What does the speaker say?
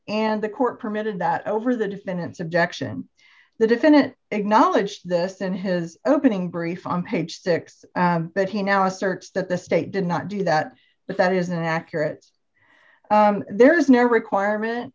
and the court permitted that over the defendant's objection the defendant acknowledged this in his opening brief on page six but he now asserts that the state did not do that but that isn't accurate there is no requirement